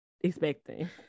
expecting